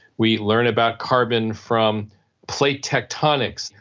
we learn about carbon from plate tectonics,